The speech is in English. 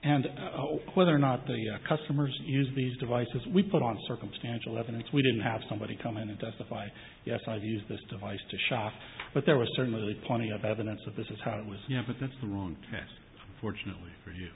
and whether or not the customers use these devices we put on circumstantial evidence we didn't have somebody come in and justify yes i've used this device to shop but there are certainly plenty of evidence of this is how it was you know but that's the wrong yes fortunately for you